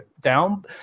down